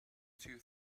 two